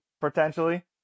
potentially